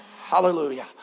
Hallelujah